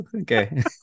Okay